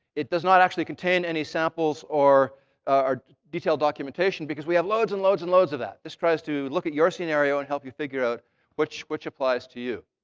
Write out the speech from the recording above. it does not actually contain any samples or or detailed documentation because we have loads and loads and loads of that. this tries to look at your scenario and help you figure out which which applies to you.